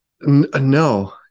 no